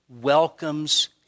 welcomes